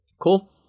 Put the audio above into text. Cool